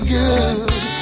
good